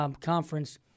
conference